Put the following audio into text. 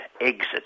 exit